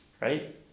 right